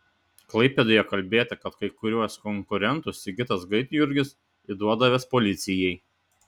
klaipėdoje kalbėta kad kai kuriuos konkurentus sigitas gaidjurgis įduodavęs policijai